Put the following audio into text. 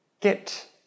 get